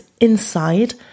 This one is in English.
inside